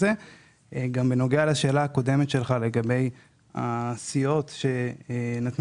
בנוגע לשאלה הקודמת שלך לגבי הסיעות שנתנו